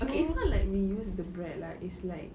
okay it's not like reuse the bread lah it's like